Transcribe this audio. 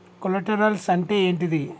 Collaterals అంటే ఏంటిది?